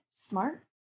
smart